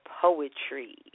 poetry